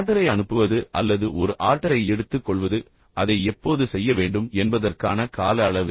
ஆர்டரை அனுப்புவது அல்லது ஒரு ஆர்டரை எடுத்துக் கொள்வது பின்னர் அதை எப்போது செய்ய வேண்டும் என்பதற்கான கால அளவு